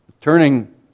turning